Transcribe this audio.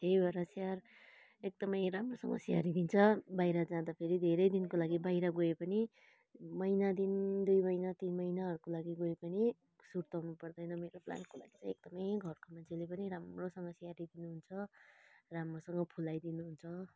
त्यही भएर चाहिँ एकदमै राम्रोसँग स्याहारी दिन्छ बाहिर जाँदाखेरि धेरै दिनको लागि बाहिर गए पनि महिना दिन दुई महिना तिन महिनाहरूको लागि गए पनि सुर्ताउनु पर्दैन मेरो प्लान्टको लागि चाहिँ एकदमै घरको मान्छेले पनि राम्रोसँगले स्याहारी दिनुहुन्छ राम्रोसँग फुलाई दिनुहुन्छ